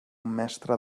mestre